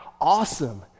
awesome